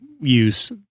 use